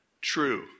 true